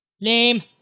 Name